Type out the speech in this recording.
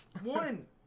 One